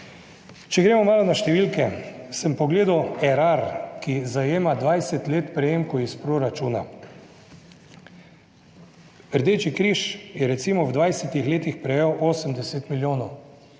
Če gremo malo na številke sem pogledal Erar, ki zajema 20 let prejemkov iz proračuna. Rdeči križ je recimo v 20 letih prejel 80 milijonov,